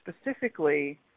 specifically